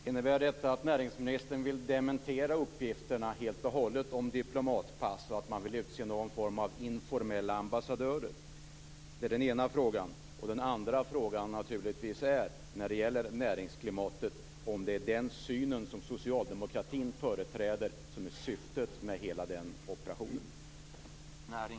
Herr talman! Innebär detta att näringsministern vill dementera uppgifterna om diplomatpass och att utse informella ambassadörer? När det gäller näringsklimatet, är det den synen socialdemokratin företräder som är syftet med hela den operationen?